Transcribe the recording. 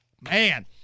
man